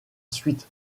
suite